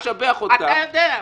אתה יודע,